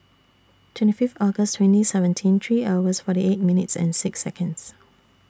twenty Fifth August twenty seventeen three hours forty eight minutes and six Seconds